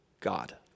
God